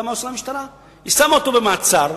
היא שמה אותו במעצר,